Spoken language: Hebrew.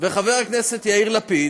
וחבר הכנסת יאיר לפיד,